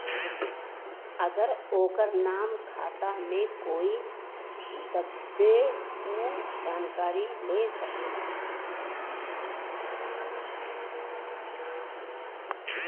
अगर ओकर नाम खाता मे होई तब्बे ऊ जानकारी ले सकेला